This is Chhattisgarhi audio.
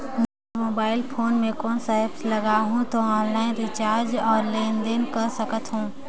मोर मोबाइल फोन मे कोन सा एप्प लगा हूं तो ऑनलाइन रिचार्ज और लेन देन कर सकत हू?